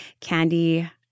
Candy